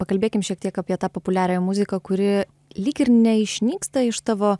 pakalbėkim šiek tiek apie tą populiariąją muziką kuri lyg ir neišnyksta iš tavo